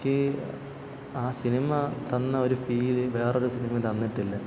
എനിക്ക് ആ സിനിമ തന്ന ഒരു ഫീൽ വേറൊരു സിനിമയും തന്നിട്ടില്ല